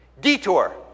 Detour